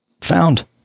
found